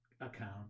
account